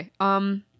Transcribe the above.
Okay